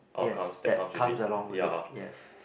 yes that comes along with it yes